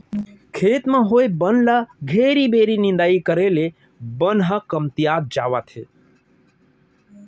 खेत म होए बन ल घेरी बेरी निंदाई करे ले बन ह कमतियात जावत हे